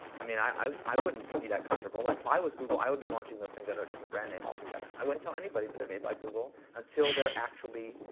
i mean, i i wouldn't be that comfortable. like if i was google, i would be launching those things under a different brand name altogether. i wouldn't tell anybody that but they're made by google until they're actually